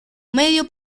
medio